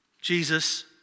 Jesus